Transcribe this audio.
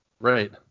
Right